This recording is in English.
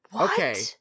Okay